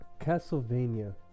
Castlevania